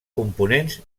components